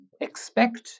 expect